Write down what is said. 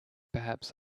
perhaps